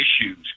issues